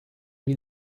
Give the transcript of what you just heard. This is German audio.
wie